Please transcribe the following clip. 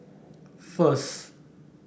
first